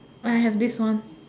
I have this one